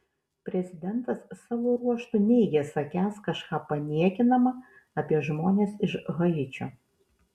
prezidentas savo ruožtu neigė sakęs kažką paniekinama apie žmones iš haičio